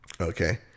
Okay